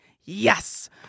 yes